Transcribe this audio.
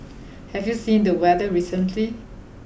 have you seen the weather recently